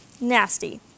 nasty